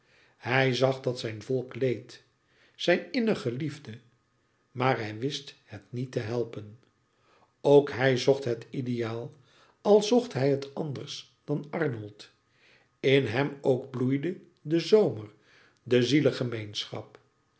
hij zag dat zijn volk leed zijn innig geliefde maar hij wist het niet te helpen ook hij zocht het ideaal al zocht hij het anders dan arnold in hem ook bloeide de zomer de